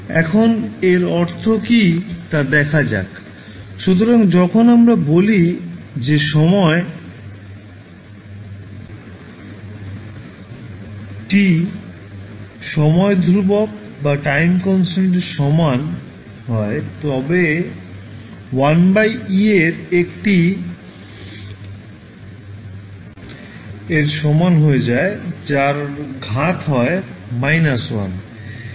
এখন এর অর্থ কী তা দেখা যাক সুতরাং যখন আমরা বলি যে সময় t সময় ধ্রুবক সমান হয় তবে 1 e এর সমান হয়ে যায় যার ঘাত হয় - 1